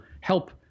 help